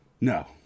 No